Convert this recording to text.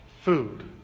Food